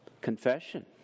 Confession